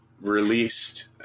released